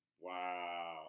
Wow